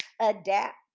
adapt